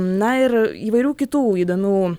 na ir įvairių kitų įdomių